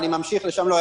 אני ממשיך לשם,